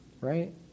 Right